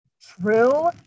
true